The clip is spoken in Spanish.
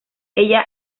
ella